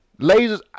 Lasers